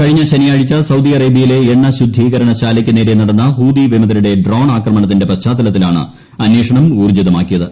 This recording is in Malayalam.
കഴിഞ്ഞ ശനിയാഴ്ച സൌദി അറേബ്യയിലെ എണ്ണ ശുദ്ധീകരണ ശാലയ്ക്കുനേരെ നടന്ന ഹൂതി വിമതരുടെ ഡ്രോൺ ആക്രമണത്തിന്റെ പശ്ചാത്തലത്തിലാണ് അന്വേഷണം ഊർജിതമാക്കിയത്